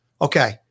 Okay